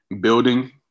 building